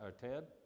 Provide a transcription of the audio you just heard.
Ted